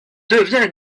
devient